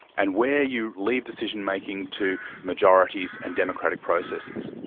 and where you leave decision-making to majorities and democratic processes.